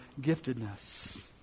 giftedness